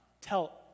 tell